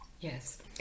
Yes